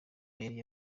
amayeri